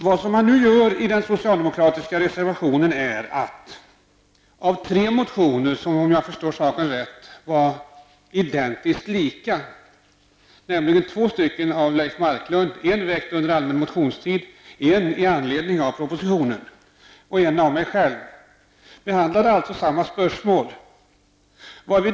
I tre motioner, en väckt av bl.a. Leif Marklund, behandlades samma spörsmål. En var väckt under den allmänna motionstiden och en i anledning av propositionen, och en var väckt av mig själv.